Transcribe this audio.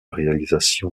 réalisation